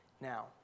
now